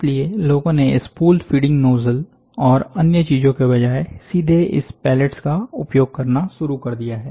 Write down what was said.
इसलिए लोगों ने स्पूल फीडिंग नोजल और अन्य चीजों के बजाय सीधे इस पैलेट्स का उपयोग करना शुरू कर दिया है